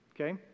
okay